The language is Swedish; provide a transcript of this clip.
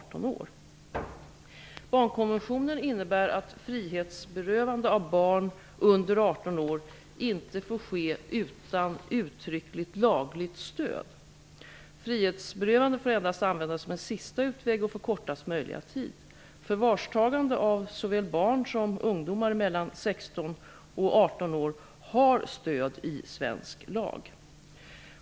Barnkonventionen innebär att frihetsberövande av barn under 18 år inte får ske utan uttryckligt lagligt stöd. Frihetsberövande får endast användas som en sista utväg och för kortast möjliga tid. Förvarstagande av såväl barn som ungdomar mellan 16 och 18 år har stöd i svensk lag.